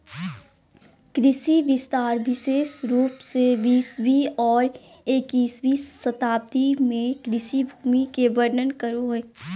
कृषि विस्तार विशेष रूप से बीसवीं और इक्कीसवीं शताब्दी में कृषि भूमि के वर्णन करो हइ